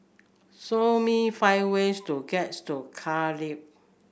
show me five ways to gets to Cardiff